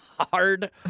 Hard